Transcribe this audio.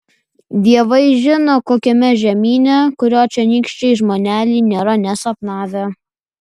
dievai žino kokiame žemyne kurio čionykščiai žmoneliai nėra nė sapnavę